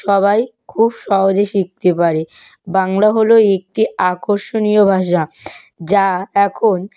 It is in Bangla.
সবাই খুব সহজে শিখতে পারে বাংলা হল একটি আকর্ষণীয় ভাষা যা এখন